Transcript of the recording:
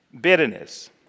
bitterness